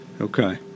Okay